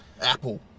Apple